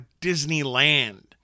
Disneyland